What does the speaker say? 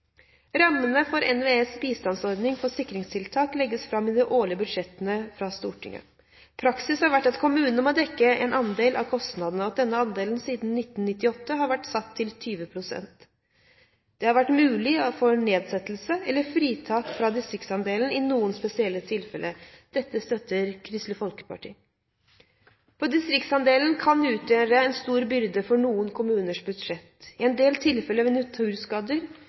Rammene for NVEs bistandsordning for sikringstiltak legges fram i de årlige budsjettene fra Stortinget. Praksis har vært at kommunene må dekke en andel av kostnadene, og denne andelen har siden 1998 vært satt til 20 pst. Det har vært mulig å få en nedsettelse eller fritak fra distriktsandelen i noen spesielle tilfeller. Dette støtter Kristelig Folkeparti. Distriktsandelen kan utgjøre en stor byrde på noen kommuners budsjetter. I en del tilfeller